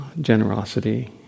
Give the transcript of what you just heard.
generosity